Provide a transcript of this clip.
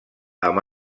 amb